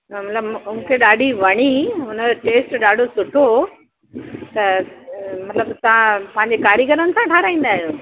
त मतलबु मूंखे ॾाढी वणी हुनजो टेस्ट ॾाढो सुठो हुओ त मतलबु तव्हां पंहिंजे कारीगरनि सां ठाहिराईंदा आहियो